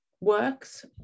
works